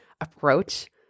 approach